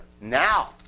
Now